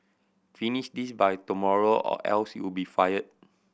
finish this by tomorrow or else you'll be fired